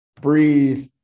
breathe